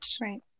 Right